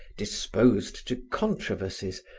disposed to controversies,